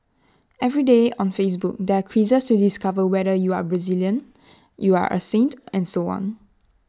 every day on Facebook there are quizzes to discover whether you are Brazilian you are A saint and so on